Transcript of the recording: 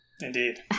Indeed